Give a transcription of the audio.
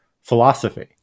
philosophy